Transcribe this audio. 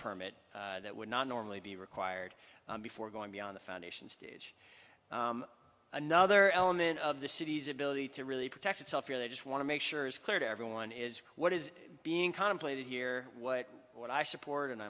permit that would not normally be required before going beyond the foundation stage another element of the city's ability to really protect itself here they just want to make sure is clear to everyone is what is being contemplated here what what i support and